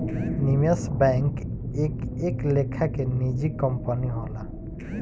निवेश बैंक एक एक लेखा के निजी कंपनी होला